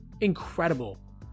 incredible